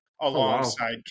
alongside